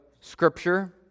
Scripture